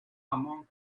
among